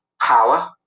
power